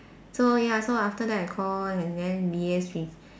so ya so after that I call and then yes we